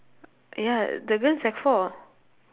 ya the girl sec four